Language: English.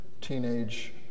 teenage